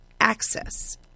access